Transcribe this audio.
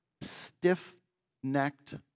stiff-necked